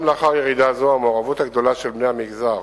גם לאחר ירידה זו המעורבות הגדולה של בני המגזר